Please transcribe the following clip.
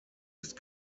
ist